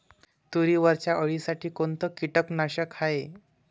तुरीवरच्या अळीसाठी कोनतं कीटकनाशक हाये?